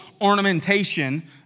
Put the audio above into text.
ornamentation